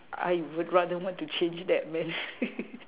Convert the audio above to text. I would rather want to change that man